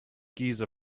giza